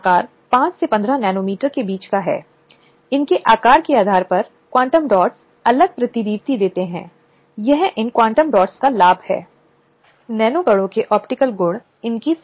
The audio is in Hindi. स्लाइड समय देखें 0951 अब इससे पहले कि हम कार्यस्थल पर यौन उत्पीड़न की ओर बढ़ें जिसका अर्थ है कि अधिनियम की प्रस्तावना यह बताती है कि यह कार्यस्थल पर महिलाओं के यौन उत्पीड़न से सुरक्षा प्रदान करने के लिए एक अधिनियम है